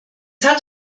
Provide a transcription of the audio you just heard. hat